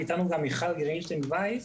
נמצאת אתנו גם מיכל גרינשטיין וייס.